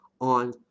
on